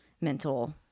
mental